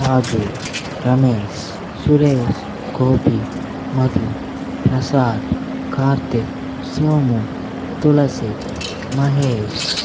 Raju Ramesh Suresh Gopi Madhu Prasad Karthik Somu Tulasi Mahesh